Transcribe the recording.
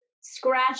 scratch